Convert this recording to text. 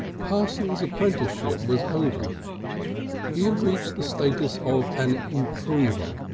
parsons' apprenticeship was over he had reached the status of an improver,